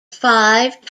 five